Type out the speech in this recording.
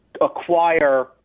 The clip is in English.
acquire